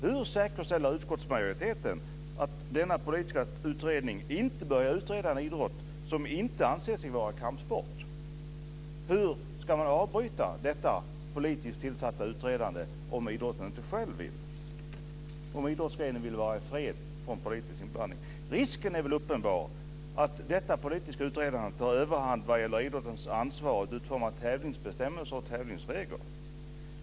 Hur säkerställer utskottsmajoriteten att denna politiska utredning inte börjar utreda en idrott som inte anser sig vara kampsport? Hur ska man avbryta detta politiskt tillsatta utredande, om idrotten inte själv vill och om idrottsgrenen vill vara ifred från politiskt ingripande? Risken är uppenbar att det politiska utredandet tar överhanden vad gäller idrottens ansvar att utforma tävlingsbestämmelser och tävlingsregler.